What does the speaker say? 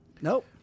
Nope